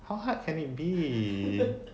how hard can it be